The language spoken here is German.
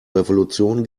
revolution